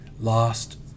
lost